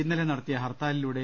ഇന്നലെ നടത്തിയ ഹർത്താലിലൂടെ